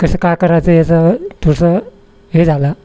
कसं काय करायचं याचं थोडंसं हे झाला